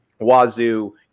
Wazoo